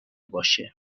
باشه